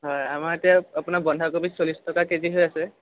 হয় আমাৰ এতিয়া আপোনাৰ বন্ধাকবি চল্লিছ টকা কেজি হৈ আছে